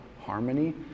harmony